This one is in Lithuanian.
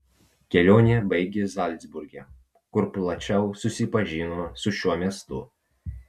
kelionę baigė zalcburge kur plačiau susipažino su šiuo miestu